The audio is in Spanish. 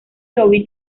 toby